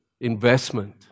investment